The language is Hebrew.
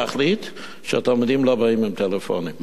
להחליט שהתלמידים לא באים עם טלפונים.